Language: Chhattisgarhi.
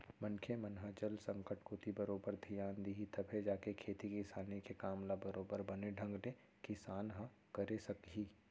मनखे मन ह जल संकट कोती बरोबर धियान दिही तभे जाके खेती किसानी के काम ल बरोबर बने ढंग ले किसान ह करे सकही